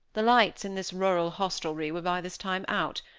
the lights in this rural hostelry were by this time out,